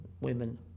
women